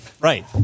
Right